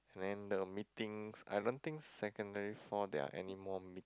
then the meetings I don't think secondary four there are any more meet